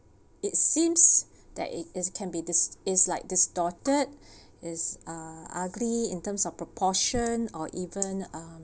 it seems that it is can be this it's like this daughter is uh ugly in terms of proportion or even uh